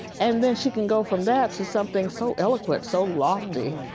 and then she can go from that to something so eloquent, so lofty.